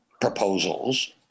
proposals